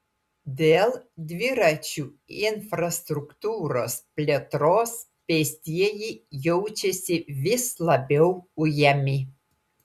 dėl dviračių infrastruktūros plėtros pėstieji jaučiasi vis labiau ujami